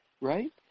Right